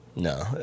No